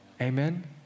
Amen